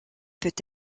peut